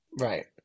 Right